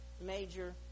major